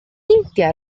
india